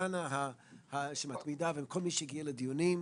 טטיאנה מזרסקי שמתמידה וכל מי שהגיע לדיונים,